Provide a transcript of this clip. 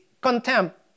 contempt